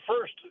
first